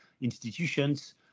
institutions